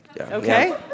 Okay